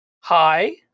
Hi